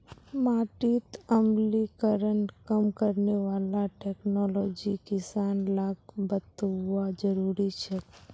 माटीत अम्लीकरण कम करने वाला टेक्नोलॉजी किसान लाक बतौव्वा जरुरी छेक